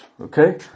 okay